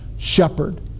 Shepherd